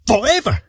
forever